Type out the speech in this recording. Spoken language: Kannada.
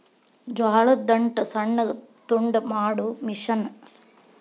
ಜೋಳದ ದಂಟ ಸಣ್ಣಗ ತುಂಡ ಮಾಡು ಮಿಷನ್